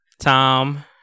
tom